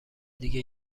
دیگه